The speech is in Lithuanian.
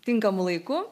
tinkamu laiku